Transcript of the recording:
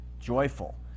joyful